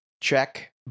check